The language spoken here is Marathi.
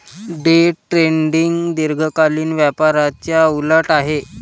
डे ट्रेडिंग दीर्घकालीन व्यापाराच्या उलट आहे